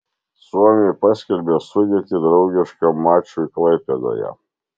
suomiai paskelbė sudėtį draugiškam mačui klaipėdoje